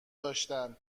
داشتن